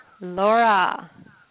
Laura